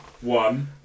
one